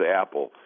apple